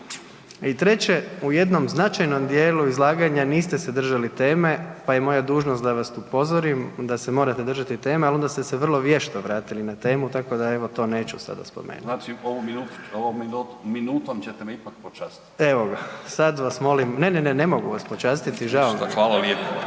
I treće u jednom značajnom dijelu izlaganja niste se držali teme pa je moja dužnost da vas upozorim da se morate držati teme, ali onda ste se vrlo vješto vratili na temu tako da evo to neću sada spomenuti. … /Upadica: Znači s ovom minutom ćete me ipak počastiti?/ … Ne ne mogu vas počastiti, žao mi je.